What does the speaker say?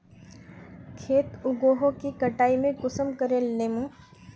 खेत उगोहो के कटाई में कुंसम करे लेमु?